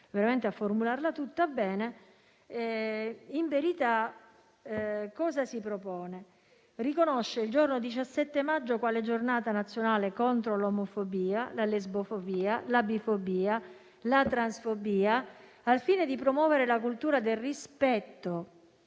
dedicata all'omolesbobitransfobia, cosa si propone? Si riconosce «il giorno 17 maggio quale Giornata nazionale contro lo omofobia, la lesbofobia, la bifobia e la transfobia, al fine di promuovere la cultura del rispetto